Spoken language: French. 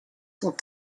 sont